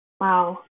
Wow